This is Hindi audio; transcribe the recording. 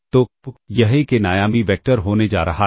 तो यह एक n आयामी वेक्टर होने जा रहा है